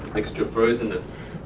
extra frozenness.